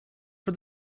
for